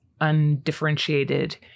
undifferentiated